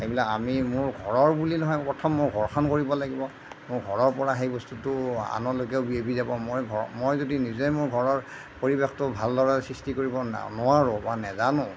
সেইবিলাক আমি মোৰ ঘৰৰ বুলি নহয় প্ৰথম মোৰ ঘৰখন কৰিব লাগিব মোৰ ঘৰৰ পৰা সেই বস্তুটো আনলৈকেও বিয়পি যাব মই ঘৰৰ মই যদি নিজে মোৰ ঘৰৰ পৰিৱেশটো ভালদৰে সৃষ্টি কৰিব নোৱাৰোঁ বা নেজানো